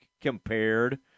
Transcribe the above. compared